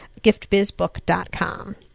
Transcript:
giftbizbook.com